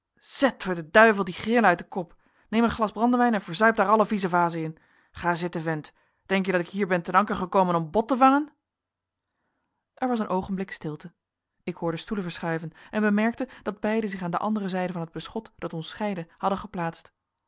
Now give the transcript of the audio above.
geworden zet die grillen uit den kop neem een glas brandewijn en verzuip daar alle viezevazen in ga zitten vent denk je dat ik hier ben ten anker ekomen om bot te vangen er was een oogenblik stilte ik hoorde stoelen verschuiven en bemerkte dat beiden zich aan de andere zijde van het beschot dat ons scheidde hadden geplaatst